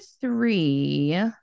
three